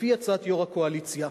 לפי הצעת יושב-ראש הקואליציה,